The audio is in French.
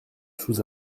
sous